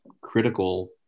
critical